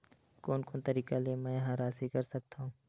कोन कोन तरीका ले मै ह राशि कर सकथव?